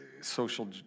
social